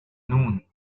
noon